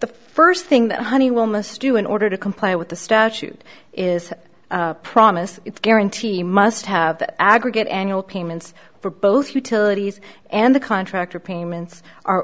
the first thing that honeywell must do in order to comply with the statute is a promise guarantee must have the aggregate annual payments for both utilities and the contractor payments are